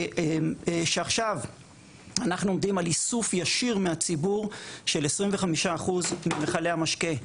שעכשיו אנחנו עומדים על איסוף ישיר מהציבור של 25% ממכלי המשקה.